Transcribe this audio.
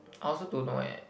I also don't know eh